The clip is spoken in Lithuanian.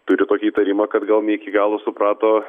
turiu tokį įtarimą kad gal ne iki galo suprato